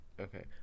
okay